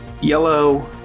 yellow